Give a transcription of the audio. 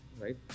Right